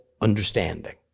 understanding